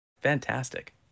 Fantastic